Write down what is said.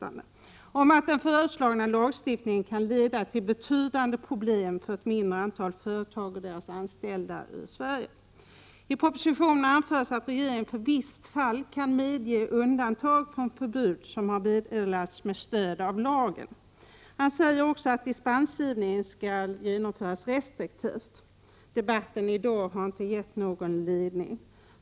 Regeringen och utskottet är inte omedvetna om att den föreslagna lagstiftningen kan leda till betydande problem för ett mindre antal företag och deras anställda i Sverige. I propositionen anförs att regeringen för visst fall kan medge undantag från — Prot. 1986/87:129 förbud som har meddelats med stöd av lagen. Man säger också att 22 maj 1987 dispensgivningen skall vara restriktiv. Debatten i dag har inte gett ledning i 6 de här frågorna.